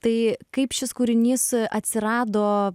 tai kaip šis kūrinys atsirado